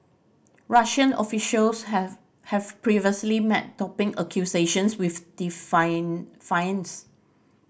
Russian officials have have previously met doping accusations with